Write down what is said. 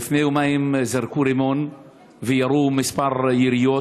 לפני יומיים זרקו רימון וירו כמה יריות,